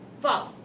False